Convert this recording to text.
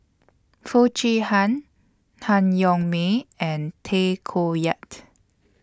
Foo Chee Han Han Yong May and Tay Koh Yat